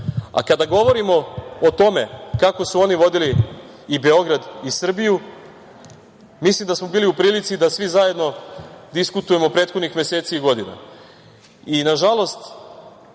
govorimo o tome kako su oni vodili i Beograd i Srbiju, mislim da smo bili u prilici da svi zajedno diskutujemo prethodnih meseci i godina. I, nažalost,